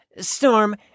Storm